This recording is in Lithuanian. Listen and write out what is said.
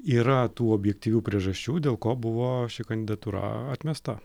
yra tų objektyvių priežasčių dėl ko buvo ši kandidatūra atmesta